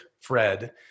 Fred